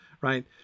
right